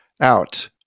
out